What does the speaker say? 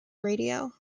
radio